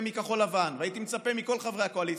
מכחול לבן והייתי מצפה מכל חברי הקואליציה,